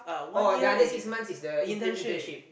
oh the other six months is the intern internship